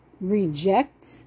reject